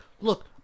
Look